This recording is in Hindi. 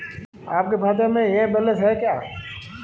आपके खाते में यह बैलेंस है क्या?